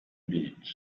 beach